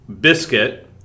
biscuit